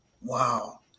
Wow